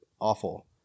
awful